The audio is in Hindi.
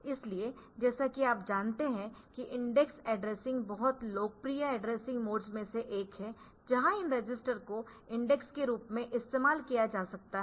इसलिए जैसा कि आप जानते है कि इंडेक्स्ड एड्रेसिंग बहुत लोकप्रिय एड्रेसिंग मोड्स में से एक है जहां इन रजिस्टर्स को इंडेक्स के रूप में इस्तेमाल किया जा सकता है